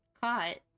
caught